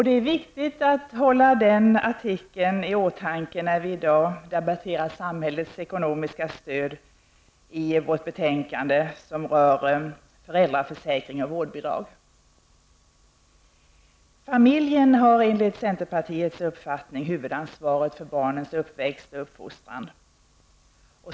Det är viktigt att hålla artikel 3 i åtanke när vi i dag debatterar samhällets ekonomiska stöd i betänkandet som rör föräldraförsäkring och vårdbidrag. Familjen har enligt centerpartiets uppfattning huvudansvaret för barnens uppväxt och uppfostran.